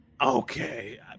Okay